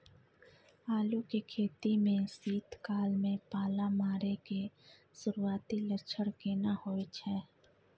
आलू के खेती में शीत काल में पाला मारै के सुरूआती लक्षण केना होय छै?